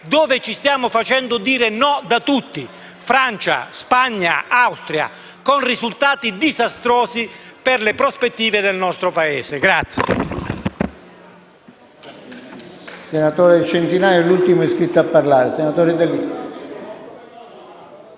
dove ci stiamo facendo dire no da tutti (Francia, Spagna e Austria) con risultati disastrosi per le prospettive del nostro Paese.